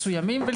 עליו,